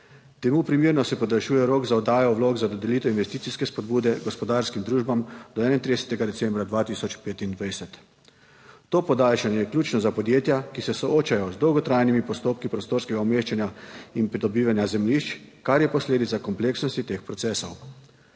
- 12.25** (Nadaljevanje) rok za oddajo vlog za dodelitev investicijske spodbude gospodarskim družbam do 31. decembra 2025. To podaljšanje je ključno za podjetja, ki se soočajo z dolgotrajnimi postopki prostorskega umeščanja in pridobivanja zemljišč, kar je posledica kompleksnosti teh procesov.